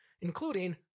including